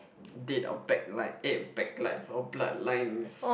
date our back line eh back lines our bloodlines